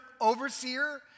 overseer